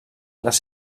les